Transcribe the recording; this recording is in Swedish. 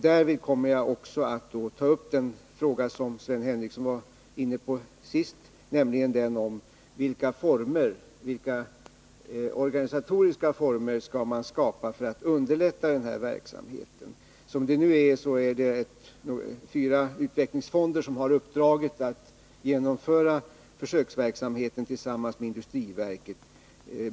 Därvid kommer jag också att ta upp den fråga som Sven Henricsson var inne på senast, nämligen vilka organisatoriska former som bör skapas för att underlätta verksamheten. Som det nu är har fyra utvecklingsfonder i uppdrag att genomföra försöksverksamheten tillsammans med industriverket.